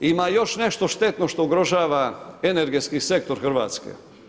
Ima još nešto štetno što ugrožava energetski sektor Hrvatske.